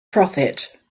prophet